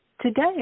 Today